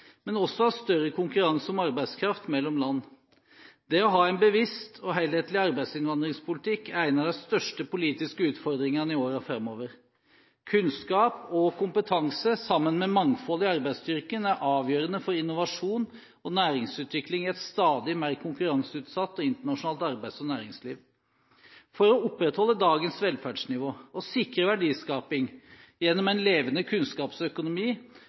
men også av større konkurranse om arbeidskraft mellom land. Det å ha en bevisst og helhetlig arbeidsinnvandringspolitikk er en av de største politiske utfordringene i årene framover. Kunnskap og kompetanse, sammen med mangfold i arbeidsstyrken, er avgjørende for innovasjon og næringsutvikling i et stadig mer konkurranseutsatt og internasjonalt arbeids- og næringsliv. For å opprettholde dagens velferdsnivå og sikre verdiskaping gjennom en levende kunnskapsøkonomi